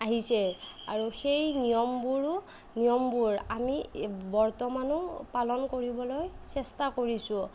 আহিছে আৰু সেই নিয়োবোৰো নিয়মবোৰ আমি বৰ্তমানো পালন কৰিবলৈ চেষ্টা কৰিছোঁ